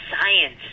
science